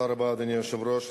אדוני היושב-ראש,